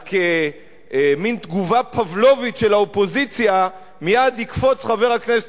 אז כמין תגובה פבלובית של האופוזיציה מייד יקפוץ חבר הכנסת